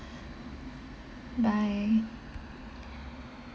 bye